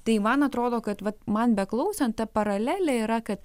tai man atrodo kad vat man beklausant ta paralelė yra kad